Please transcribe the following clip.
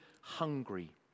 hungry